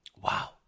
Wow